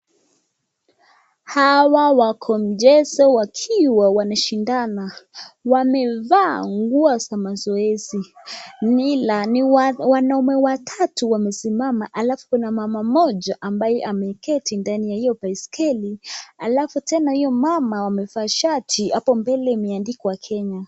Hawa wako mchezo wakiwa wanashindana, wamevaa nguo za mazoezi, ni wanaume watatu wamesimama halafu na mama mmoja ambaye ameketi ndani ya hiyo baiskeli, halafu tena huyo mama amevaa shati hapo mbele imeandikwa Kenya.